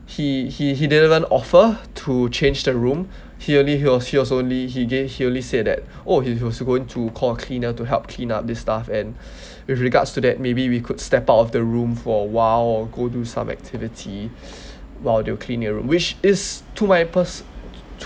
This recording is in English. he he he didn't even offer to change the room he only he was he was only he gave he only said that oh he was going to call cleaner to help clean up this stuff and with regards to that maybe you could step out of the room for a while go do some activity while they clean your room which is to my person~ to